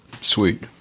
Sweet